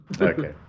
Okay